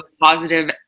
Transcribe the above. positive